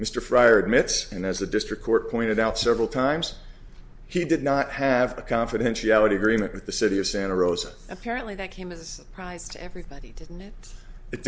mr fryer commits and as the district court pointed out several times he did not have a confidentiality agreement with the city of santa rosa apparently that came as